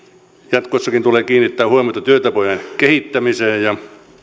jatkossakin tulee kiinnittää huomiota työtapojen kehittämiseen ja